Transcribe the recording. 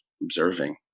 observing